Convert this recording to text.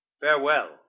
Farewell